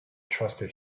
trusted